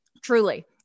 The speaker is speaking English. Truly